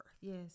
Yes